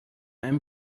einem